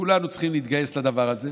כולנו צריכים להתגייס לדבר הזה,